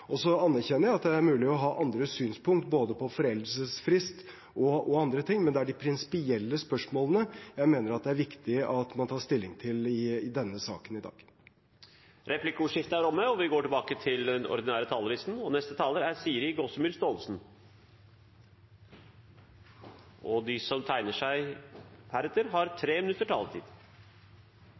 anerkjenner at det er mulig å ha andre synspunkt på både foreldelsesfrist og andre ting, men det er de prinsipielle spørsmålene jeg mener det er viktig at man tar stilling til i denne saken i dag. Replikkordskiftet er omme. De talere som heretter får ordet, har en taletid på inntil 3 minutter. Jeg har bare behov for å gi et tilsvar på to ting som